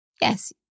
Yes